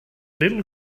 little